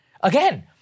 Again